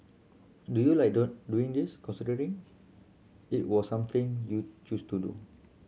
do you like doing this considering it was something you chose to do